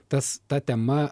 tas ta tema